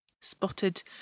Spotted